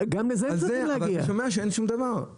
אבל אני שומע שאין שום דבר,